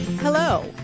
Hello